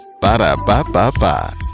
Ba-da-ba-ba-ba